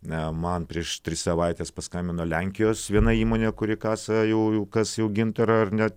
na man prieš tris savaites paskambino lenkijos viena įmonė kuri kasa jau kas jau gintarą ar ne